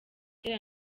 cyera